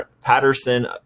Patterson